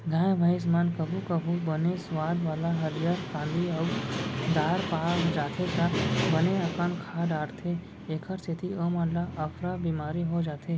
गाय भईंस मन कभू कभू बने सुवाद वाला हरियर कांदी अउ दार पा जाथें त बने अकन खा डारथें एकर सेती ओमन ल अफरा बिमारी हो जाथे